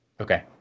Okay